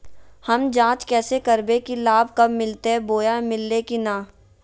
हम जांच कैसे करबे की लाभ कब मिलते बोया मिल्ले की न?